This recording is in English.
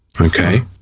Okay